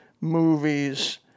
movies